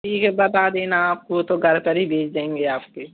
ठीक है बता देना आप वह तो घर पर ही भेज देंगे आपके